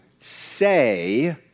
say